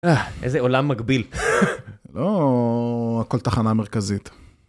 אה, איזה עולם מקביל. לא הכל תחנה מרכזית.